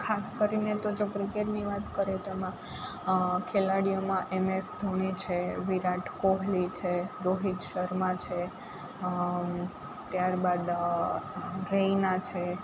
ખાસ કરીને તો જો ક્રિકેટની વાત કરીએ તેમાં ખેલાડીઓમાં એમએસ ધોની છે વિરાટ કોહલી છે રોહિત શર્મા છે ત્યારબાદ રૈના છે